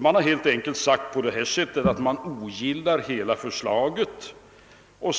De har kort och gott sagt att de ogillar hela förslaget och